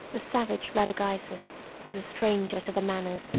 the savage radagaisus was a stranger to the manners,